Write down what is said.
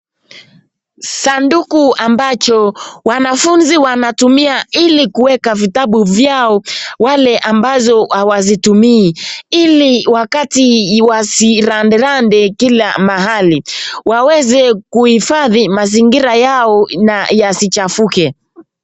Sanduku ambacho wanafunzi wanatumia ili kuweka vitabu vyao wale ambazo hawazitumii ili wakati wasiranderande kila mahali waweze kuhifadhi mazingira yao na yasichafuke.